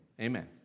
Amen